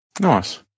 Nice